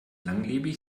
langlebig